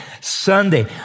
Sunday